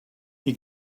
you